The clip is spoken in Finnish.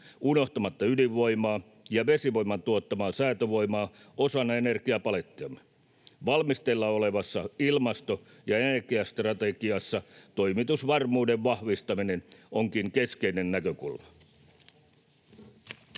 unohtamatta ydinvoimaa ja vesivoiman tuottamaa säätövoimaa osana energiapalettiamme. Valmisteilla olevassa ilmasto- ja energiastrategiassa toimitusvarmuuden vahvistaminen onkin keskeinen näkökulma.